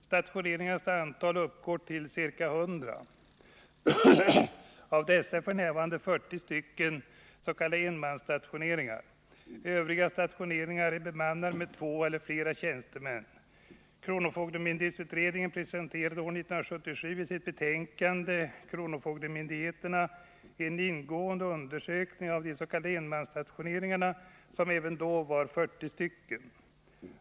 Stationeringarnas antal uppgår till ca 100. Av dessa är f. n. nära 40 s.k. enmansstationeringar. Övriga stationeringar är bemannade med 2 eller flera tjänstemän. Kronofogdemyndighetsutredningen presenterade år 1977 i sitt betänkande Kronofogdemyndigheterna en ingående undersökning av de s.k. enmansstationeringarna, som även då var 40.